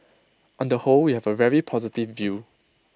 on the whole we have A very positive view